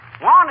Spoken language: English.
one